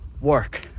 work